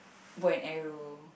bow and arrow